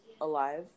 alive